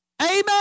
Amen